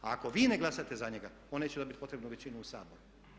A ako vi ne glasate za njega on neće dobit potrebnu većinu u Saboru.